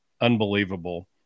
unbelievable